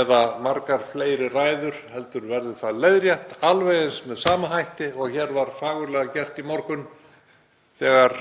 eða margar fleiri ræður heldur verður það leiðrétt á sama hátt og var gert fagurlega hér í morgun þegar